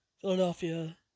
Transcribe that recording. Philadelphia